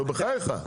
נו בחייך.